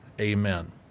Amen